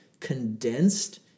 Condensed